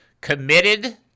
committed